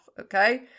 Okay